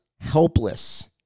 helpless